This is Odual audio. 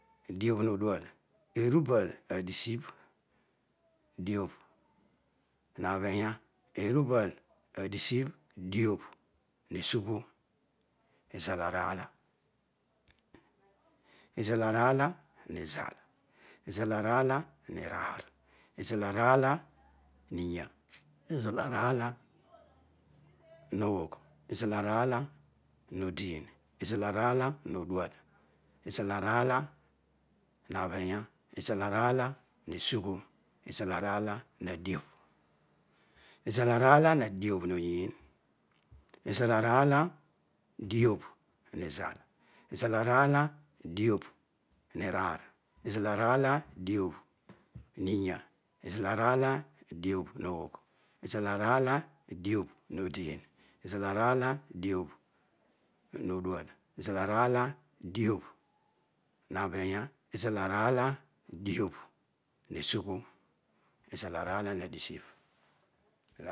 Diabhrodual. erubalnadisibh diabhbrabiya erubal hadisibh diabh nesughizal araala. izalaraala nizal. izalaraah niraar izalaraala niya. izalara alanagh. izalaaraala nodia izalaeraala modual. izaloraalaina bhiya. izalaraalu nesugho. izalaraala nadiabh izalaraa la nadiabh nizal izalaraala nadiabh niraar izalaraala nadiabh mya izalaraala diabh agh izalaraala diabh oda izalaraala diabh noduae izalaraala diabh nashiya izalaraala diabh nesugho izalaraala uadisibh